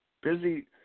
busy –